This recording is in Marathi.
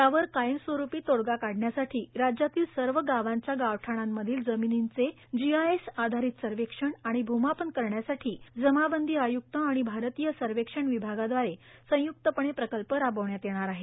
यावर कायमस्वरुपी तोडगा काढण्यासाठी राज्यातील सर्व गावांच्या गावठाणामधील जमिर्नीचे जीआयएस आधारित सर्वेक्षण आणि भूमापन करण्यासाठी जमाबंदी आय्क्त आणि भारतीय सर्वेक्षण विभागाव्दारे संय्क्तपणे प्रकल्प राबविण्यात येणार आहे